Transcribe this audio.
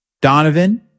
Donovan